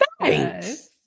thanks